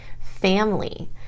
family